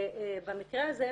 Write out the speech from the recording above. במקרה הזה,